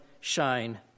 shine